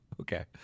Okay